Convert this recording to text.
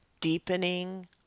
deepening